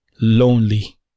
lonely